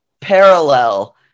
parallel